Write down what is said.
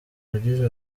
yagize